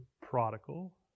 prodigal